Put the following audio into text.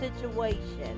situation